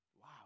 Wow